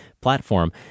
platform